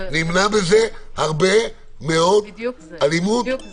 נמנע בזה הרבה מאוד אלימות,